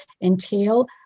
entail